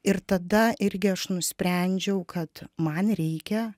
ir tada irgi aš nusprendžiau kad man reikia